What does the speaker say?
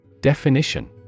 Definition